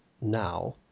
now